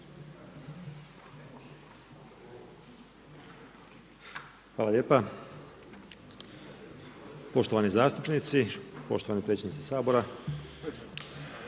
Hvala lijepa, poštovani zastupnici, poštovani predsjedniče Sabora.